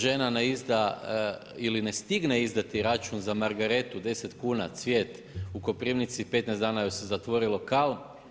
Žena ne izda ili ne stigne izdati račun na margaretu 10 kuna cvijet u Koprivnici, 15 dana joj se zatvori lokal.